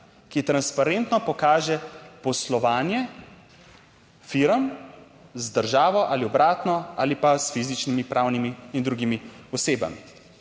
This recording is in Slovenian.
ki transparentno pokaže poslovanje. Firm z državo ali obratno ali pa s fizičnimi, pravnimi in drugimi osebami.